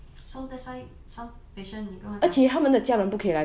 so that's why some patient 你跟我讲